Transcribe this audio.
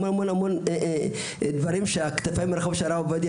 המון דברים שהכתפיים הרחבות של הרב עובדיה